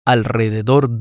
Alrededor